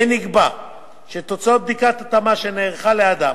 כמו כן נקבע שתוצאות בדיקת התאמה שנערכה לאדם,